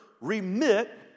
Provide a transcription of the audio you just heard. remit